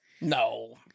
no